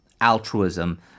altruism